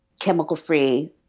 chemical-free